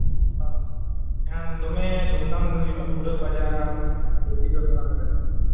ᱚᱻ ᱮᱱᱠᱷᱟᱱ ᱫᱚᱢᱮ ᱫᱷᱩᱢᱼᱫᱷᱟᱢ ᱜᱮ ᱦᱩᱭᱩᱜᱼᱟ ᱯᱩᱨᱟᱹ ᱵᱟᱡᱟᱣ